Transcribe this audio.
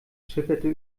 schipperte